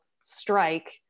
strike